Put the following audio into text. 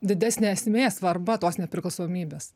didesnė esmė svarba tos nepriklausomybės